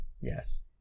Yes